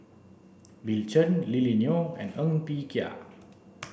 Bill Chen Lily Neo and Ng Bee Kia